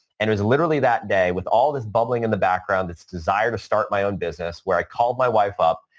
and it was literally that day with all this bubbling in the background, this desire to start my own business where i called my wife up.